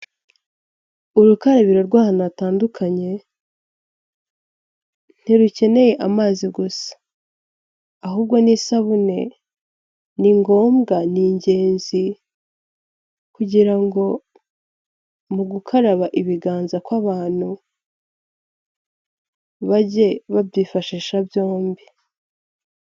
Urukarabiro rw' ahantu hatandukanye, ntirukeneye amazi gusa. Ahubwo n'isabune, ni ngombwa ni ingenzi kugira ngo mu gukaraba ibiganza kw'abantu, bajye babyifashisha byombi.